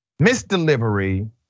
misdelivery